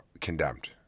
condemned